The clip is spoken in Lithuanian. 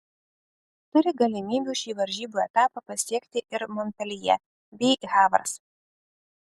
turi galimybių šį varžybų etapą pasiekti ir monpeljė bei havras